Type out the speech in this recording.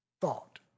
thought